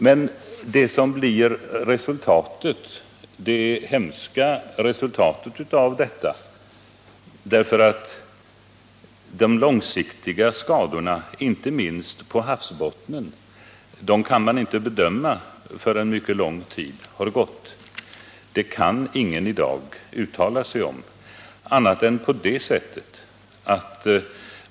Vad som blir det hemska resultatet av oljeutsläppen kan ingen i dag uttala sig om. De långsiktiga skadorna, inte minst på havsbotten, kan man inte bedöma förrän mycket lång tid har gått.